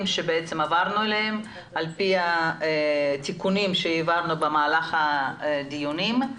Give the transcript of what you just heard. עליהם עברנו עם התיקונים שהעברנו במהלך הדיונים.